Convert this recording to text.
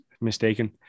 mistaken